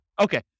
Okay